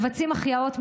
מבצעים החייאות,